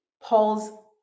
Paul's